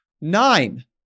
Nine